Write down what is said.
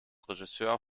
regisseur